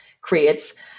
creates